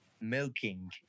Milking